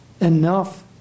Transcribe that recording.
enough